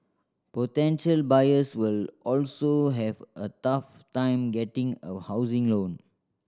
potential buyers will also have a tough time getting a housing loan